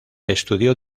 estudió